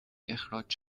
اخراج